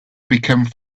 become